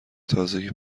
تازگی